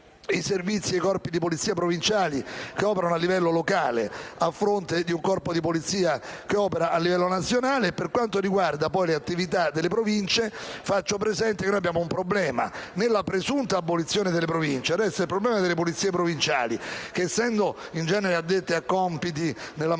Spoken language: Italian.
i servizi e i corpi di polizia provinciali, che operano a livello locale, a fronte di un corpo di polizia che opera a livello nazionale. Per quanto riguarda poi le attività delle Province, faccio presente che si pone un problema. Con la presunta abolizione delle Province resta il problema delle polizie provinciali che, essendo in genere addette a compiti relativi